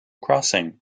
crossing